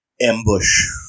ambush